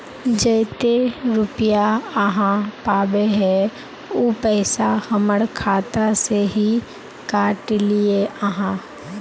जयते रुपया आहाँ पाबे है उ पैसा हमर खाता से हि काट लिये आहाँ?